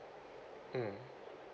mm